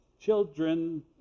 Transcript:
children